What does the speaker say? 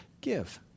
give